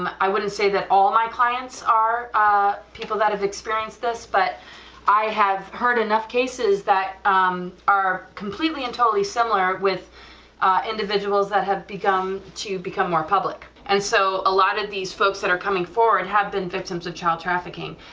um i wouldn't say that all my clients are ah people that have experienced this, but i have heard enough cases that um are completely and totally similar with individuals that have become more public, and so a lot of these folks that are coming forward and have been victims of child trafficking,